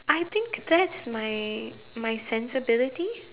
I think that's my my sensibility